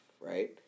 Right